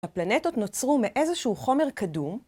הפלנטות נוצרו מאיזשהו חומר קדום.